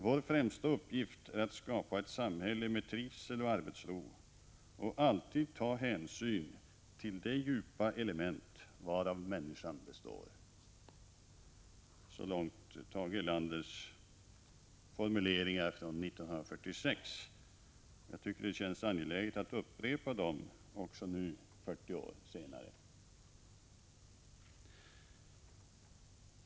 Vår främsta uppgift är att skapa ett samhälle med trivsel och arbetsro och alltid ta hänsyn till de djupa element varav människan består.” Det känns angeläget att upprepa detta också 40 år senare.